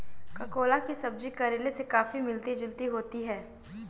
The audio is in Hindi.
ककोला की सब्जी करेले से काफी मिलती जुलती होती है